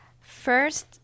first